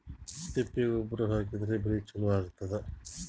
ತಿಪ್ಪಿ ಗೊಬ್ಬರ ಹಾಕಿದ್ರ ಬೆಳಿ ಚಲೋ ಆಗತದ?